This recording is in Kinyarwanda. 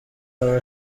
aba